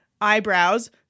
eyebrows